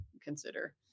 consider